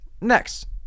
Next